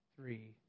three